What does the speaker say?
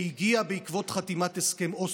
שהגיע בעקבות חתימת הסכם אוסלו.